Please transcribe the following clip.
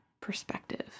perspective